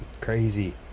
crazy